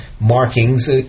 markings